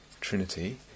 trinity